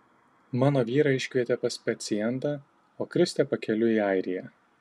mano vyrą iškvietė pas pacientą o kristė pakeliui į airiją